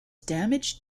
damaged